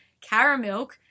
caramel